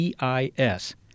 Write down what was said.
EIS